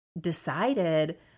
decided